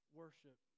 worship